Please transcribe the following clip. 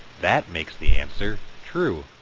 that makes the answer true